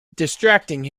distracting